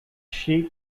she